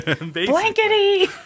Blankety